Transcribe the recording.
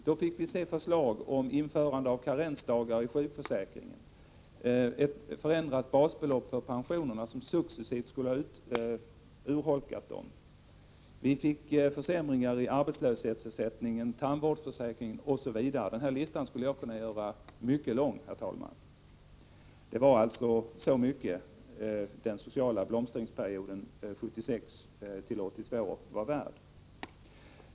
Då fick vi se förslag om införande av karensdagar inom sjukförsäkringen, ett förändrat basbelopp för pensionerna som successivt skulle ha urholkat dem. Vi fick en försämring av arbetslöshetsersättningen, tandvårdsförsäkringen osv. Denna lista skulle jag kunna göra mycket lång, herr talman. Så mycket var alltså den sociala blomstringsperioden 1976 till 1982 värd.